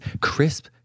crisp